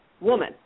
woman